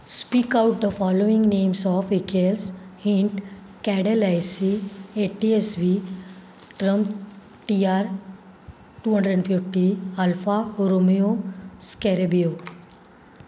speak out the following names of vehicles hint Cadillac A T S V Triumph T R two hundred and fifty Alfa Romeo Scarabeo